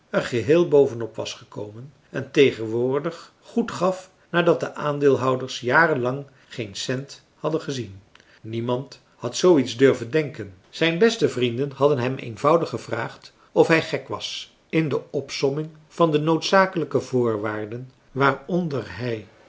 er geheel boven op was gekomen en tegenwoordig goed gaf nadat de aandeelhouders jaren lang geen cent hadden gezien niemand had zoo iets durven denken zijn beste vrienden hadden hem eenvoudig gevraagd of hij gek was in de opsomming van de noodzakelijke voorwaarden waaronder hij